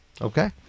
Okay